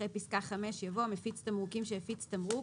אחרי פסקה (5) יבוא: "(6)מפיץ תמרוקים שהפיץ תמרוק